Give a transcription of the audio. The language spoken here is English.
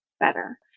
better